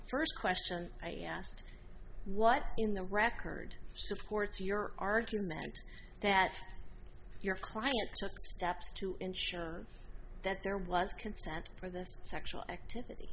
first question i asked what in the record supports your argument that your client steps to ensure that there was consent for this sexual activity